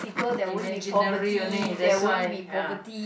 imaginary only that's why ah